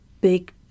big